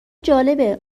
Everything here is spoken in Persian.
جالبه